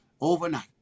overnight